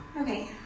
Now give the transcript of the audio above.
Okay